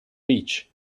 beach